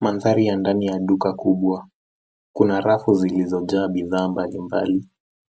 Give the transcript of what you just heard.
Mandhari ya ndani ya duka kubwa. Kuma rafu zilizojaa bidhaa mbalimbali.